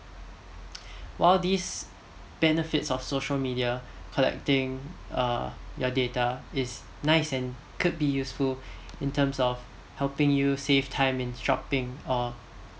while these benefits of social media collecting uh your data is nice and could be useful in terms of helping you save time in shopping or